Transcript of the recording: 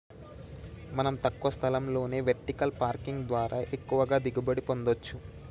మనం తక్కువ స్థలంలోనే వెర్టికల్ పార్కింగ్ ద్వారా ఎక్కువగా దిగుబడి పొందచ్చు